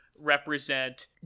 represent